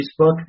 Facebook